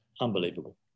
Unbelievable